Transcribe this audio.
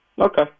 Okay